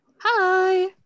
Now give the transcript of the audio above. hi